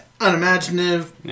unimaginative